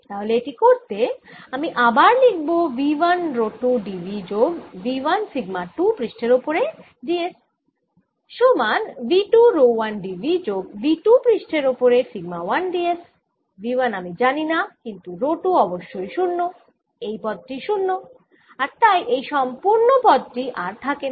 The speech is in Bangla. তাহলে এটি করতে আমি আবার লিখব V 1 রো 2 d V যোগ V 1 সিগমা 2 পৃষ্ঠের ওপরে d s সমান V 2 রো 1 d V যোগ V 2 পৃষ্ঠের ওপরে সিগমা 1 d s V 1 আমি জানি না কিন্তু রো 2 অবশ্যই 0 এই পদ টি 0 আর তাই এই সম্পুর্ন পদটিই আর থাকেনা